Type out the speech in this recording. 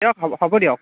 দিয়ক হ'ব দিয়ক